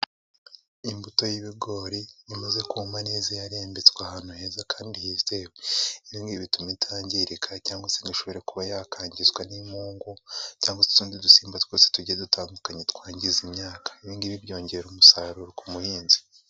Imbuto y'ibigori imaze kuma neza yarembetswe ahantu heza kandi hizewe, ibi ngibi bituma itangirika cyangwa se ngo ishobo kuba yakangizwa n'imungu cyangwa se utundi dusimba twose tugiye dutandukanye twangiza imyaka, ibi ngibi byongera umusaruro ku muhinzi.